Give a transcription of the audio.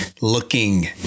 looking